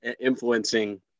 influencing